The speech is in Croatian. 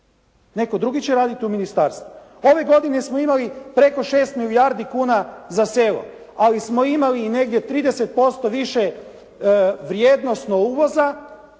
Netko drugi će raditi u ministarstvu. Ove godine smo imali preko 6 milijardi kuna za selo. Ali smo imali i negdje 30% više vrijednosno uvoza